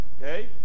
Okay